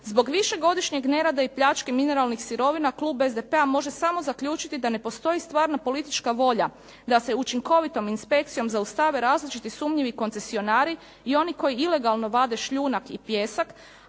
Zbog višegodišnjeg nerada i pljački mineralnih sirovina klub SDP-a može samo zaključiti da ne postoji stvarna politička volja da se učinkovitom inspekcijom zaustave različiti sumnjivi koncesionari i oni koji ilegalno vade šljunak i pijesak,